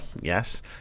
yes